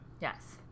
Yes